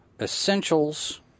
essentials